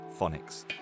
phonics